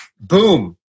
boom